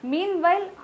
Meanwhile